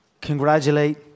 congratulate